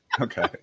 okay